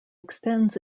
extends